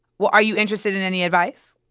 well, are you interested in any advice?